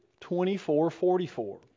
24-44